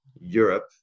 Europe